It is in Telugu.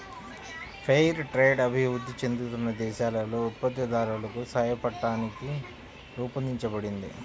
ఫెయిర్ ట్రేడ్ అభివృద్ధి చెందుతున్న దేశాలలో ఉత్పత్తిదారులకు సాయపట్టానికి రూపొందించబడింది